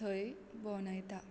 थंय भोंवडायता